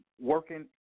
working